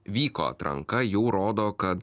vyko atranka jau rodo kad